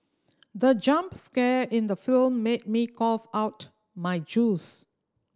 the jump scare in the film made me cough out my juice